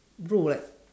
bro like